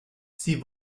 sie